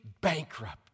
bankrupt